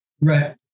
Right